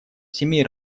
семей